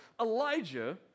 Elijah